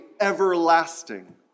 everlasting